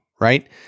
Right